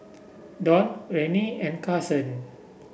Don Rennie and Carson